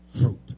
fruit